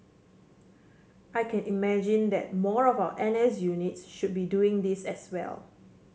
I can imagine that more of our N S units should be doing this as well